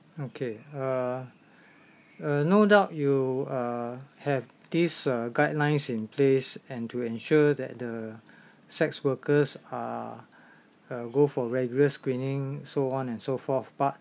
okay ah uh no doubt you uh have this uh guidelines in place and to ensure that the sex workers are uh go for regular screening so on and so forth but